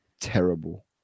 terrible